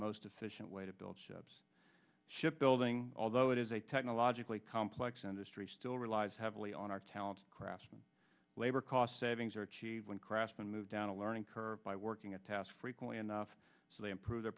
most efficient way to build ships ship building although it is a technologically complex industry still relies heavily on our talent craftsman labor cost savings are cheap when craftsmen move down a learning curve by working a task frequently enough so they improve their